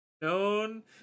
known